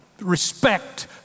respect